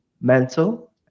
mental